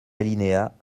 alinéas